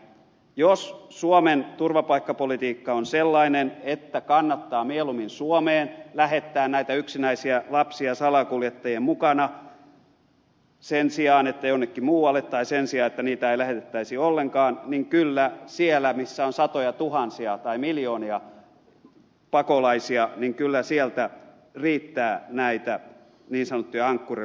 jos suomen turvapaikkapolitiikka on sellainen että kannattaa mieluummin suomeen lähettää näitä yksinäisiä lapsia salakuljettajien mukana sen sijaan että jonnekin muualle tai sen sijaan että niitä ei lähetettäisi ollenkaan niin kyllä sieltä missä on satojatuhansia tai miljoonia pakolaisia riittää näitä niin sanottuja ankkurilapsia